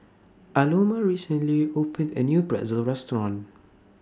Aloma recently opened A New Pretzel Restaurant